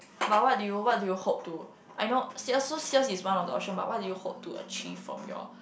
but what do you what do you hope to I know sale so sales is one of the option but what do you hope to achieve from your